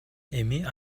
эми